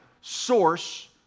source